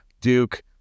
Duke